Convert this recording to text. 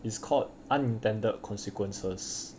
it's called unintended consequences